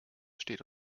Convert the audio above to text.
steht